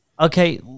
okay